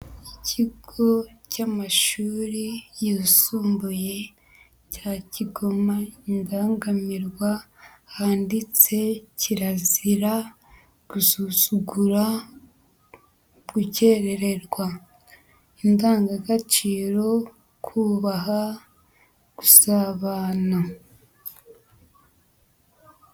Ikigo cy'amashuri yisumbuye cya Kigoma indangamirwa, handitse kirazira gusuzugura, gukererwa, indangagaciro: kubaha, gusabana.